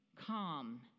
calm